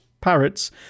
parrots